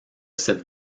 cette